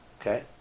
okay